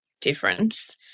difference